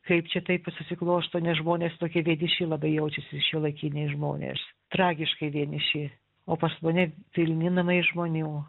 kaip čia taip susiklosto nes žmonės tokie vieniši labai jaučiasi šiuolaikiniai žmonės tragiškai vieniši o pas mane pilni namai žmonių